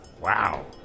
Wow